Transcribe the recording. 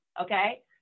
Okay